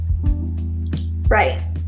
Right